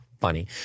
funny